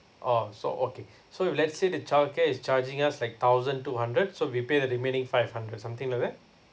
oh so okay so let's say the childcare is charging us like thousand two hundred so we pay the remaining five hundred something like that